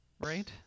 Right